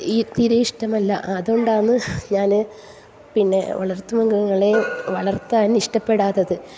ഈ തീരെ ഇഷ്ടമല്ല അതുകൊണ്ടാണ് ഞാൻ പിന്നെ വളർത്തുമൃഗങ്ങളെ വളർത്താൻ ഇഷ്ടപ്പെടാത്തത്